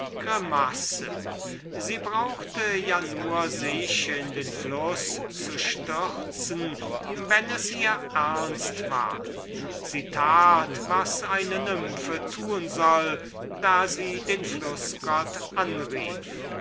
grimasse warum stürzte sie sich nicht in den fluß wenn es ihr ernst war sie tat was eine nymphe tun soll da sie den flußgott anrief